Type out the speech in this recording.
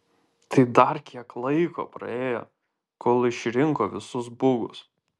tai dar kiek laiko praėjo kol išrinko visus bugus